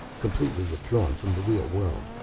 completely withdrawn from the real world.